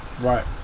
Right